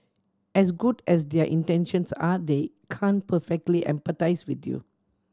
as good as their intentions are they can perfectly empathise with you